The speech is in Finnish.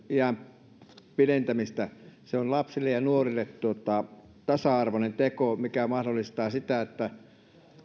ja oppivelvollisuusiän pidentämistä se on lapsille ja nuorille tasa arvoinen teko mikä mahdollistaa sen että